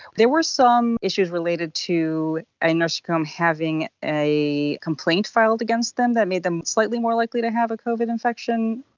there were some issues related to a nursing home having a complaint filed against them that made them slightly more likely to have a covid infection.